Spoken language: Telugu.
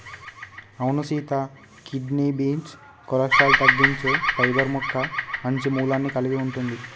అవును సీత కిడ్నీ బీన్స్ కొలెస్ట్రాల్ తగ్గించే పైబర్ మొక్క మంచి మూలాన్ని కలిగి ఉంటుంది